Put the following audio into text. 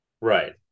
right